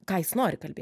ką jis nori kalbė